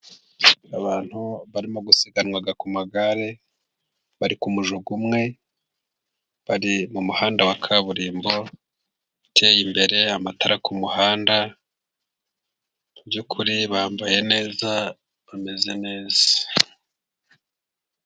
Abantu barimo gusiganwa ku magare, bari ku mujyo umwe. Bari mu muhanda wa kaburimbo uteye imbere, amatara ku muhanda, mu by'ukuri bambaye neza, bameze neza.